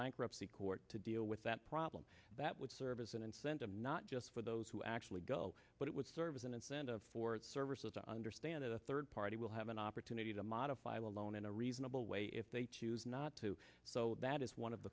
bankruptcy court to deal with that problem that would serve as an incentive not just for those who actually go but it would serve as an incentive for services to understand that a third party will have an opportunity to modify the loan in a reasonable way if they choose not to so that is one of